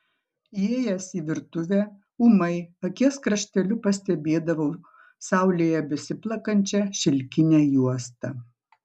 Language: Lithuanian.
įėjęs į virtuvę ūmai akies krašteliu pastebėdavau saulėje besiplakančią šilkinę juostą